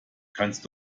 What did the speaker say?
kannst